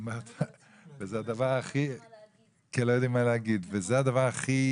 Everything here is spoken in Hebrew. כי הם לא יודעים מה להגיד וזה הדבר הכי